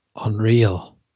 Unreal